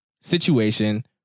situation